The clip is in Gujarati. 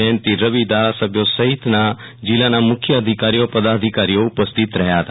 જયંતિ રવિ ધારસભ્યો સહિતના જીલ્લાના મુખ્ય અધિકારીઓ પદાધિકારીઓ ઉપસ્થિત રહ્યા હતા